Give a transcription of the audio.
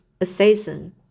assassin